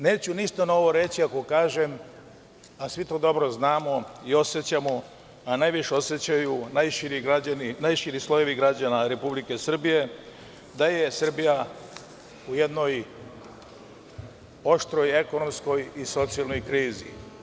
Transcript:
Neću ništa novo reći ako kažem, a svi to dobro znamo i osećamo, a najviše osećaju najširi slojevi građana Republike Srbije, da je Srbija u jednoj oštroj ekonomskoj i socijalnoj krizi.